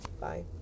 Bye